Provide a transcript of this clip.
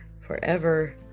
forever